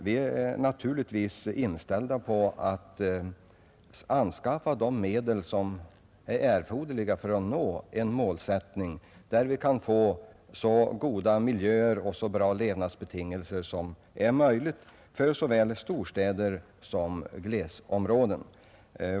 Vi är naturligtvis inställda på att anskaffa de erforderliga medlen för att uppnå en målsättning genom vilken man kan åstadkomma så goda miljöer och så bra levnadsbetingelser som möjligt för såväl storstäder som glesbygdsområden.